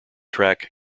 track